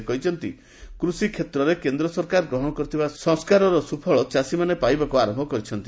ସେ କହିଛନ୍ତି କୃଷି କ୍ଷେତ୍ରରେ କେନ୍ଦ୍ର ସରକାର ଗ୍ରହଣ କରିଥିବା ସଂସ୍କାରର ସୁଫଳ ଚାଷୀମାନେ ପାଇବାକ୍ ଆରମ୍ଭ କରିଛନ୍ତି